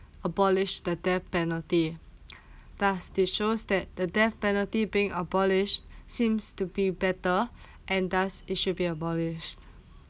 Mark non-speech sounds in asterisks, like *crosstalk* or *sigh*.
abolish the death penalty *noise* *breath* thus this shows that the death penalty being abolished *breath* seems to be better *breath* and thus it should be abolished